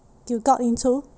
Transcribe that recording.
you got into